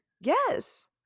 yes